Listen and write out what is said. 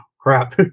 crap